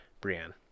brienne